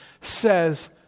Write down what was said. says